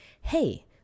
hey